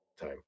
time